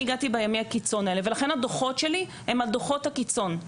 הגעתי בימי הקיצון האלה ולכן הדוחות שלי הם דוחות על קיצון.